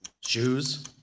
Shoes